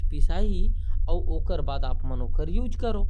ला पीस नि देही।